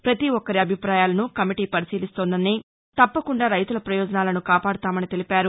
ప్రపతి ఒక్కరి అభిపాయాలను కమిటీ పరిశీలిస్తోందని తప్పకుండా రైతుల ప్రయోజనాలను కాపాడతామని తెలిపారు